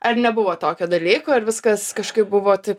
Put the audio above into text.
ar nebuvo tokio dalyko ir viskas kažkaip buvo taip